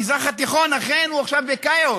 המזרח התיכון, אכן, הוא עכשיו בכאוס,